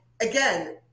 again